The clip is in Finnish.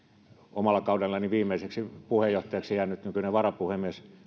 omalla kaudellani viimeiseksi puheenjohtajaksi jäänyt nykyinen varapuhemies hoiti